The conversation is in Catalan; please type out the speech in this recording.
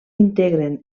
integren